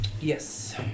Yes